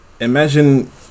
Imagine